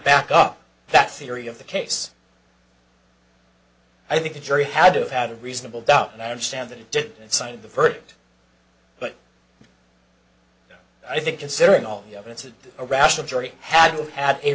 back up that theory of the case i think the jury had to have had a reasonable doubt and i understand that he did sign the verdict but i think considering all the evidence in a rational jury had had a